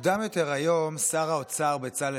מוקדם יותר היום שר האוצר בצלאל